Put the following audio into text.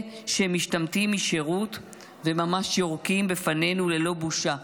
שמשתמטים משירות וממש יורקים בפנינו ללא בושה.